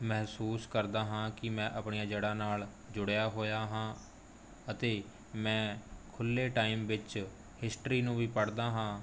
ਮਹਿਸੂਸ ਕਰਦਾ ਹਾਂ ਕਿ ਮੈਂ ਆਪਣੀਆਂ ਜੜ੍ਹਾਂ ਨਾਲ ਜੁੜਿਆ ਹੋਇਆ ਹਾਂ ਅਤੇ ਮੈਂ ਖੁੱਲ੍ਹੇ ਟਾਈਮ ਵਿੱਚ ਹਿਸਟਰੀ ਨੂੰ ਵੀ ਪੜ੍ਹਦਾ ਹਾਂ